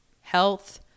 health